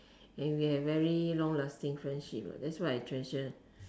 and we have very long lasting friendship that's why I treasure